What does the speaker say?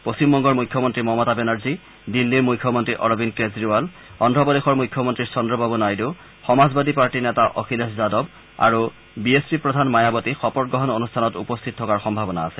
পশ্চিম বংগৰ মুখ্যমন্ত্ৰী মমতা বেনাৰ্জী দিল্লীৰ মুখ্যমন্ত্ৰী অৰবিন্দ কেজৰিৱাল অন্ধ্ৰপ্ৰদেশৰ মুখ্যমন্ত্ৰী চন্দ্ৰবাবু নাইডু সমাজবাদী পাৰ্টীৰ নেতা অখিলেশ যাদৱ আৰু বি এছ পিৰ নেত্ৰী মায়াৱতী শপতগ্ৰহণ অনুষ্ঠানত উপস্থিত থকাৰ সম্ভাৱনা আছে